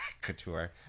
couture